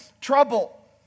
trouble